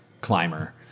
climber